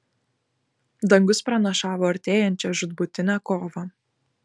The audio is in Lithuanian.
dangus pranašavo artėjančią žūtbūtinę kovą